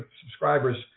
subscribers